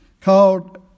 called